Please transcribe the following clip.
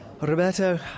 Roberto